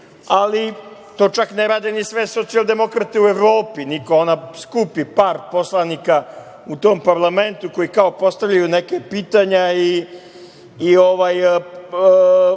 ali to čak ne rade sve socijaldemokrate u Evropi, iako ona skupi par poslanika u tom parlamentu, koji kao postavljaju neka pitanja, i